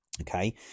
Okay